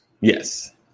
Yes